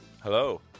Hello